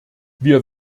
wir